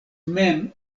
mem